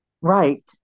Right